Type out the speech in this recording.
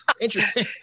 Interesting